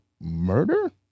Murder